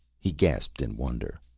he gasped in wonder.